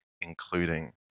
including